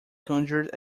conjured